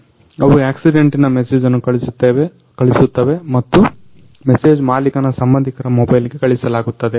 ಅವು ಆಕ್ಸಿಡೆಂಟಿನ ಮೆಸೇಜನ್ನು ಕಳಿಸುತ್ತವೆ ಮತ್ತು ಮೆಸೇಜು ಬೈಕ್ ಮಾಲಿಕನ ಸಂಬಂಧಿಕರ ಮೊಬೈಲ್ಗೆ ಕಳಿಸಲಾಗುತ್ತದೆ